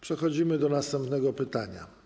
Przechodzimy do następnego pytania.